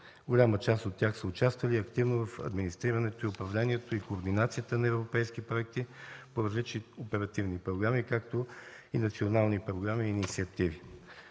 Голяма част от тях са участвали активно в администрирането, управлението и координацията на европейски проекти по различни оперативни програми, както и национални програми и инициативи.